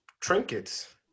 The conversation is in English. trinkets